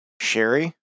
Sherry